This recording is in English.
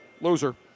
loser